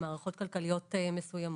עם מערכות כלכליות מסוימות,